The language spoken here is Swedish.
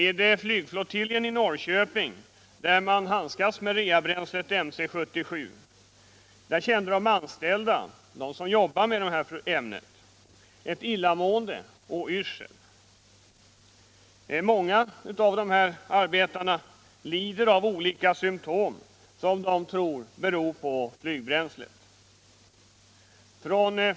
Vid flygflottiljen i Norrköping där man handskas med reabränslet Mc 77 kände de som jobbar med detta ämne illamående och yrsel. Många av dessa arbetare lider av olika symtom, som de tror beror på flygbränslet.